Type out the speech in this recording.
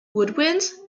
woodwinds